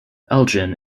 elgin